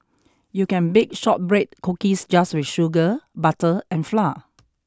you can bake shortbread cookies just with sugar butter and flour